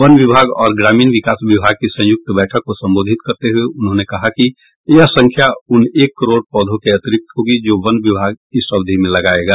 one विभाग और ग्रामीण विकास विभाग की संयुक्त बैठक को संबोधित करते हुये उन्होंने कहा कि यह संख्या उन एक करोड़ पौधों के अतिरिक्त होगी जो वन विभाग इस अवधि में लगायेगा